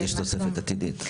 יש תוספת עתידית.